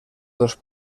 dos